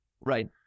Right